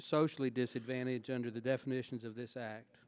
socially disadvantaged under the definitions of this act